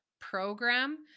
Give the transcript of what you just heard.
program